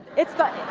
it's the,